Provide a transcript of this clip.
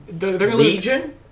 Legion